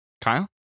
kyle